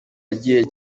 kujyamo